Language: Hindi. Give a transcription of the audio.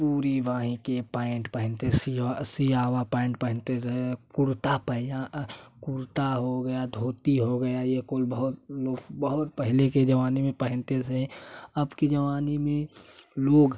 पूरी बांह के पैंट पहनते सीओ सिआवा पैंट पहनते थे कुर्ता पैजा कुर्ता हो गया धोती गया ये कुल बहुत लोग बहुत पहले के ज़माने में पहनते थे अब के ज़माने में लोग